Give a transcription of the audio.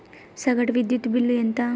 సగటు విద్యుత్ బిల్లు ఎంత?